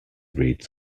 read